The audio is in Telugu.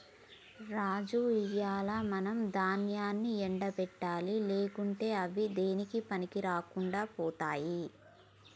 రాజు ఇయ్యాల మనం దాన్యాన్ని ఎండ పెట్టాలి లేకుంటే అవి దేనికీ పనికిరాకుండా పోతాయి